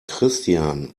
christian